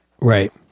right